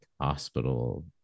hospital